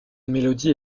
mélodie